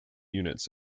units